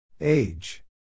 Age